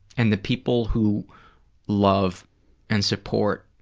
and the people who love and support